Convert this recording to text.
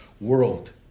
world